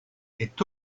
est